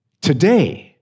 today